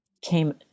came